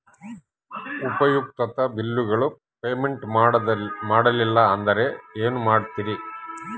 ಉಪಯುಕ್ತತೆ ಬಿಲ್ಲುಗಳ ಪೇಮೆಂಟ್ ಮಾಡಲಿಲ್ಲ ಅಂದರೆ ಏನು ಮಾಡುತ್ತೇರಿ?